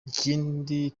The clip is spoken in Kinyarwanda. ikindi